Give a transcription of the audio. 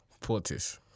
Portis